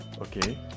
Okay